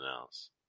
else